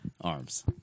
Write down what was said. arms